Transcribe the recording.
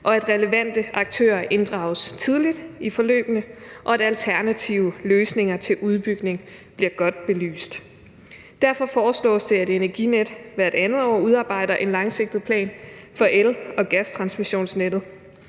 at relevante aktører inddrages tidligt i forløbene, og at alternative løsninger til udbygning bliver godt belyst. Derfor foreslås det, at Energinet hvert andet år udarbejder en langsigtet plan for el- og gastransmissionsnettet.